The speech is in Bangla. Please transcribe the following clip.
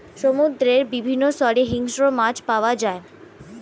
সমুদ্রের বিভিন্ন স্তরে হিংস্র মাছ পাওয়া যায়